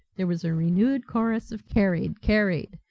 there was a renewed chorus of carried, carried,